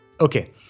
Okay